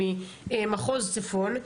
ממחוז צפון,